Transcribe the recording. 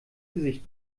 gesicht